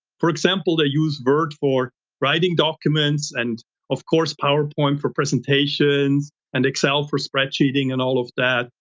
for example, they use word for writing documents and of course, powerpoint for presentations and excel for spread sheeting and all of that,